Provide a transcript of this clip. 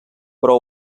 però